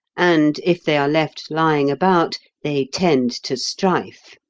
and if they are left lying about they tend to strife.